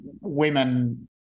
women